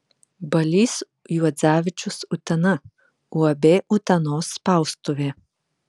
balys juodzevičius utena uab utenos spaustuvė